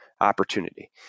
opportunity